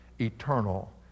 eternal